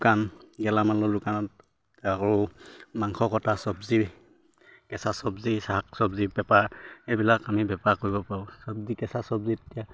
দোকান গেলামালৰ দোকানত আকৌ মাংস কটা চব্জি কেঁচা চব্জি শাক চব্জি বেপাৰ এইবিলাক আমি বেপাৰ কৰিব পাৰোঁ চব্জি কেঁচা চব্জি এতিয়া